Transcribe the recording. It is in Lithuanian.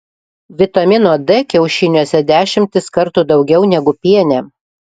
vitamino d kiaušiniuose dešimtis kartų daugiau negu piene